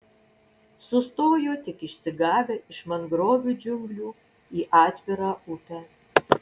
sustojo tik išsigavę iš mangrovių džiunglių į atvirą upę